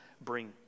bring